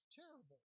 terrible